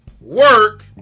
Work